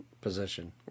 Position